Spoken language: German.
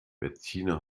bettina